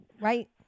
Right